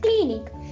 clinic